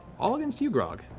all against you, grog.